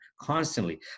constantly